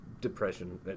Depression